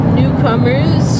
newcomers